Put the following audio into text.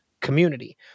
community